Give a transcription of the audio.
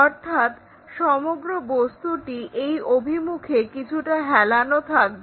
অর্থাৎ এই সমগ্র বস্তুটি এই অভিমুখে কিছুটা হেলানো থাকবে